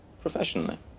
professionally